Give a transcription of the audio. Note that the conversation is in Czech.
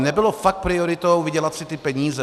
Nebylo fakt prioritou vydělat si ty peníze.